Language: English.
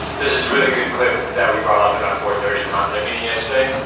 this this really good clip that we brought up in our four thirty content meeting yesterday,